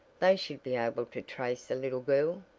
they should be able to trace a little girl,